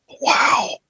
Wow